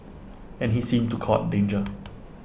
and he seemed to court danger